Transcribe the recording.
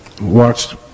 watched